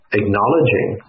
acknowledging